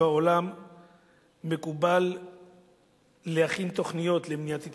ובעולם מקובל להכין תוכניות למניעת התאבדות.